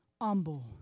humble